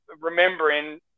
remembering